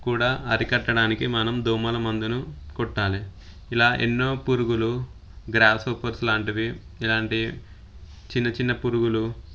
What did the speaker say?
కూడా అరికట్టడానికి మనం దోమల మందును కొట్టాలి ఇలా ఎన్నో పురుగులు గ్రాస్హొప్ర్స్ ఇలాంటివి ఇలాంటి చిన్న చిన్న పురుగులు